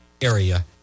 area